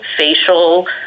facial